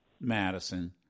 Madison